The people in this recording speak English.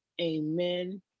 amen